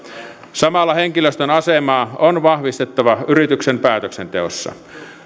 samalla henkilöstön asemaa on vahvistettava yrityksen päätöksenteossa